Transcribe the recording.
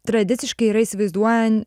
tradiciškai yra įsivaizduoja